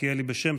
בעד,